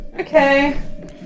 Okay